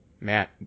Matt